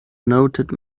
noted